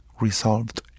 resolved